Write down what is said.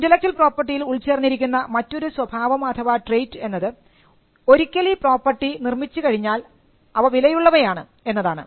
intellectual പ്രോപ്പർട്ടിയിൽ ഉൾച്ചേർന്നിരിക്കുന്ന മറ്റൊരു സ്വഭാവം അഥവാ ട്രേറ്റ് എന്നത് ഒരിക്കൽ ഈ പ്രോപ്പർട്ടി നിർമ്മിച്ചു കഴിഞ്ഞാൽ അവ വിലയുള്ളവയാണ് എന്നതാണ്